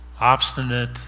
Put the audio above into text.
obstinate